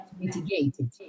mitigated